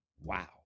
Wow